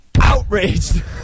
outraged